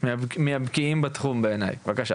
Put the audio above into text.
ומהבקיאים בתחום בעיניי, בבקשה.